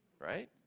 right